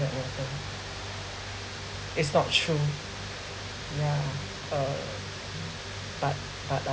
than water is not true yeah uh but but but